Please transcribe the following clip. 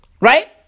Right